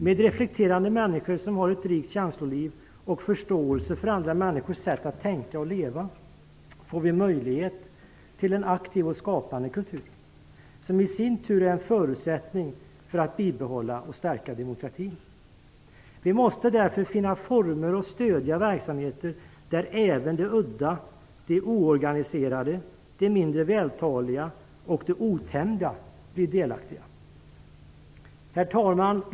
Med reflekterande människor som har ett rikt känsloliv och förståelse för andra människors sätt att tänka och leva får vi möjlighet till en aktiv och skapande kultur som i sin tur är en förutsättning för att bibehålla och stärka demokratin. Vi måste därför finna former för och stödja verksamheter där även de udda, de oorganiserade, de mindre vältaliga och de otämjda blir delaktiga. Herr talman!